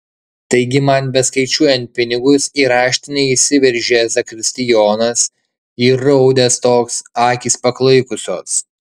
taigi man beskaičiuojant pinigus į raštinę įsiveržė zakristijonas įraudęs toks akys paklaikusios